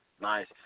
Nice